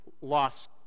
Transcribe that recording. lost